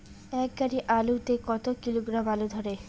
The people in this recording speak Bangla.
এক গাড়ি আলু তে কত কিলোগ্রাম আলু ধরে?